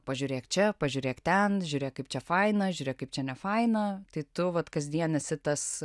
pažiūrėk čia pažiūrėk ten žiūrėk kaip čia faina žiūrėk kaip čia nefaina tai tu vat kasdien esi tas